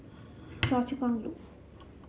Choa Chu Kang Loop